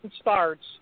starts